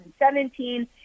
2017